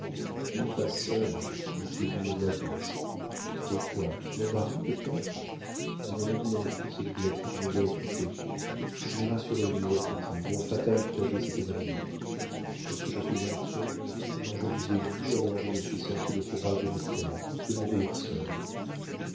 non pas seul dit-il d'une voix douce eh quoi mon mari peut-être non non s'écria-t-il d'une voix étouffée mais rassurez-vous reprit-il mon fatal projet s'est évanoui lorsque je suis entré quand je vous ai vue alors je me suis senti le courage de me taire de mourir seul